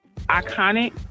iconic